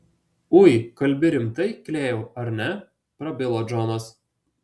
ui kalbi rimtai klėjau ar ne prabilo džonas